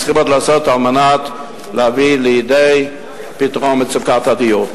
צריכים לעשות על מנת להביא לידי פתרון מצוקת הדיור.